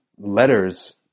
letters